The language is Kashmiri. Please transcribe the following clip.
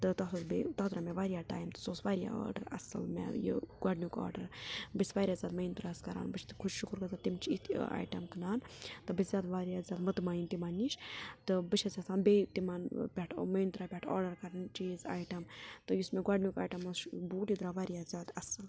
تہٕ تَتھ اوس بیٚیہِ تتھ درٛاو مےٚ واریاہ ٹایِم تہٕ سُہ اوس آرڈر واریاہ اَصٕل مےٚ یہِ گۄڈٕنیُک آرڈر بہٕ چھس واریاہ زیادٕ منترا ہس کران بہٕ چھَس شُکر گُزار تِم چھِ یِتھ آیٹم کٕنان بہِ چھَس واریاہ زیادٕ مطمعن تِمن نِش تہِ بہٕ چھس یژھان بیٚیہِ تِمن پٮ۪ٹھ منٛترا پٮ۪ٹھ آرڈر کرٕنۍ چیٖز آیٹم تہٕ یُس مےٚ گۄڈٕنیُک آیٹم اوس بوٹ یہِ درٛاو واریاہ زیادٕ اَصٕل